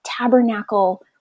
tabernacle